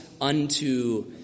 unto